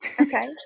Okay